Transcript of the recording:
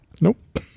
Nope